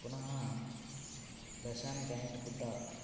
पुनः लेशन् गैण्ट् बुद्धः